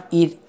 eat